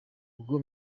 ubwo